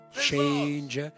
change